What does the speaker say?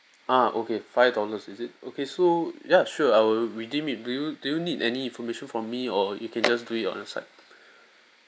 ah okay five dollars is it okay so ya sure I will redeem it do you do you need any information from me or you can just do it on your side